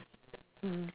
mm